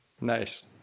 nice